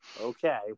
Okay